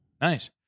Nice